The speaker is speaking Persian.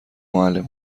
معلم